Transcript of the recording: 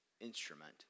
instrument